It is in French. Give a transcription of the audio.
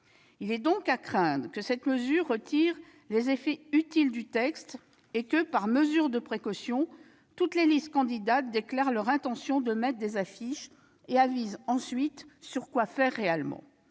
Il est à craindre que cette mesure retire les effets utiles du texte et que, par mesure de précaution, toutes les listes candidates déclarent leur intention de mettre des affiches et avisent ensuite sur quoi faire réellement.